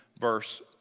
verse